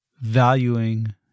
valuing